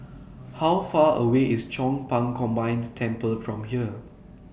How Far away IS Chong Pang Combined Temple from here